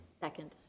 Second